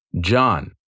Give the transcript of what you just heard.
John